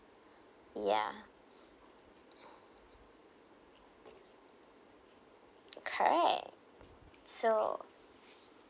ya correct so